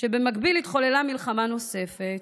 שבמקביל התחוללה מלחמה נוספת,